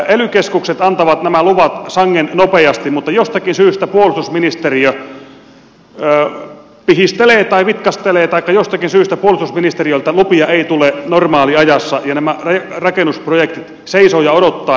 ely keskukset antavat nämä luvat sangen nopeasti mutta jostakin syystä puolustusministeriö pihistelee tai vitkastelee taikka jostakin syystä puolustusministeriöltä lupia ei tule normaaliajassa ja nämä rakennusprojektit seisovat ja odottavat